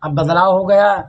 अब बदलाव हो गया